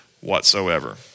whatsoever